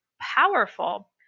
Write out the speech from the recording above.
powerful